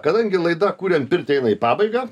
kadangi laida kuriant pirtį eina į pabaigą